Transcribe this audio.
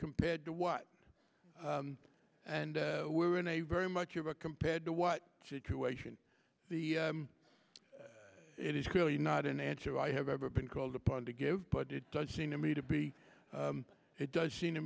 compared to what and we're in a very much of a compared to what situation the it is clearly not an answer i have ever been called upon to give but it does seem to me to be it does seem to